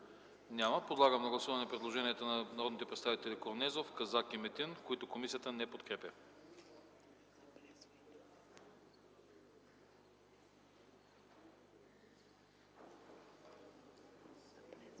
Няма. Подлагам на гласуване предложенията на народните представители Корнезов, Казак и Метин, които комисията не подкрепя.